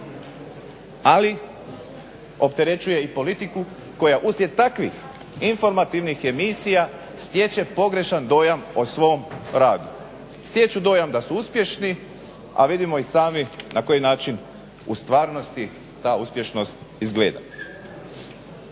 ali opterećuje i politiku koja uslijed takvih informativnih emisija stječe pogrešan dojam o svom radu. Stječu dojam da su uspješni a vidimo i sami na koji način u stvarnosti ta uspješnost izgleda.